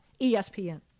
ESPN